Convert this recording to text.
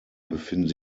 befinden